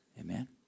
Amen